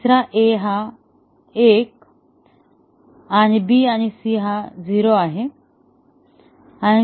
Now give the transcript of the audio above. तिसरा A हा 1 आणि BC हा 0 आहे